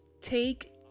take